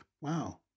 wow